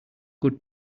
good